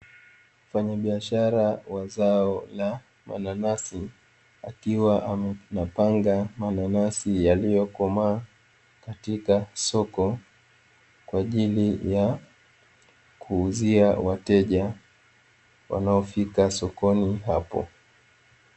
Mfanyabiashara wa zao la mananasi, akiwa anayapanga mananasi yaliyokomaa katika soko. Kwa ajili ya kuuzia wateja wanaofika sokoni hapo.